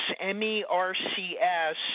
M-E-R-C-S